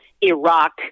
Iraq